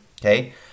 okay